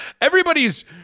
everybody's